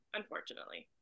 unfortunately